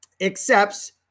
accepts